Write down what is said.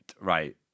Right